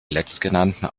letztgenannten